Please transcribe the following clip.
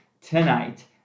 tonight